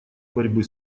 борьбы